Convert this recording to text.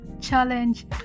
challenge